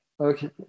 Okay